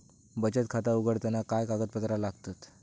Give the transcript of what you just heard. बचत खाता उघडताना काय कागदपत्रा लागतत?